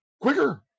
quicker